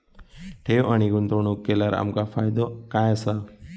ठेव आणि गुंतवणूक केल्यार आमका फायदो काय आसा?